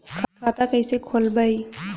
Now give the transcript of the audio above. खाता कईसे खोलबाइ?